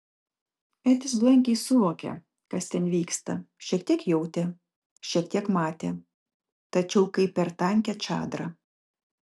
edis blankiai suvokė kas ten vyksta šiek tiek jautė šiek tiek matė tačiau kaip per tankią čadrą